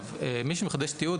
לגבי מי שמחדש תיעוד,